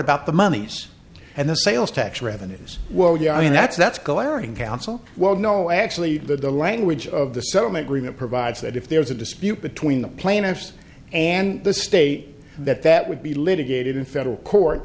about the monies and the sales tax revenues well yeah i mean that's that's glaring council well no actually that the language of the settlement agreement provides that if there's a dispute between the plaintiffs and the state that that would be litigated in federal court